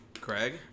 Craig